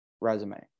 resume